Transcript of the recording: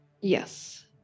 yes